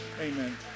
Amen